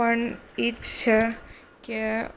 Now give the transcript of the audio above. પણ એ જ છે કે